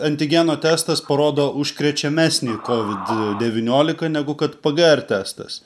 antigeno testas parodo užkrečiamesnį kovid devyniolika negu kad pgr testas